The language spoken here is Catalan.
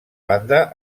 banda